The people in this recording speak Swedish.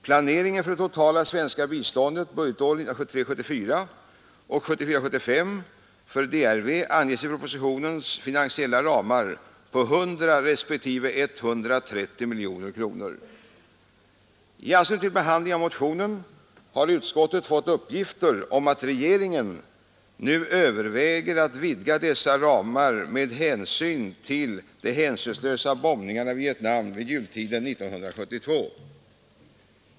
Planeringen av det totala svenska biståndet budgetåren 1973 75 för DRV anges i propositionens finansiella ramar till 100 respektive 130 miljoner kronor. I anslutning till behandlingen av motionen har utskottet fått uppgifter om att regeringen överväger att vidga dessa ramar på grund av de hänsynslösa bombningarna i Vietnam vid jultiden 1972.